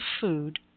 food